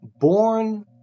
born